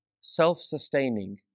self-sustaining